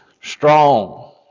strong